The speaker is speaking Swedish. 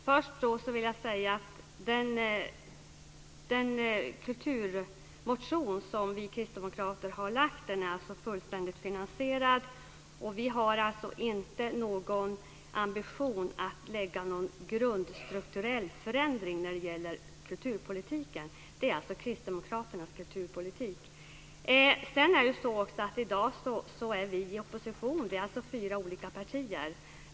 Herr talman! Först vill jag säga att den kulturmotion som vi kristdemokrater har lagt fram är fullständigt finansierad. Vi har ingen ambition att göra en grundstrukturell förändring när det gäller kulturpolitiken. Det är alltså kristdemokraternas kulturpolitik. Sedan är det också så att vi i dag är i opposition. Vi är fyra olika partier.